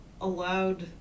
allowed